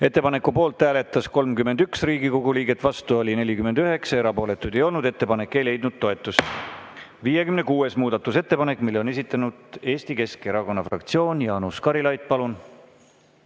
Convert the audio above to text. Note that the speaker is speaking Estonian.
Ettepaneku poolt hääletas 31 Riigikogu liiget, vastu oli 49, erapooletuid ei olnud. Ettepanek ei leidnud toetust.56. muudatusettepanek. Selle on esitanud Eesti Keskerakonna fraktsioon. Jaanus Karilaid, palun!